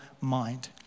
mind